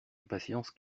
impatience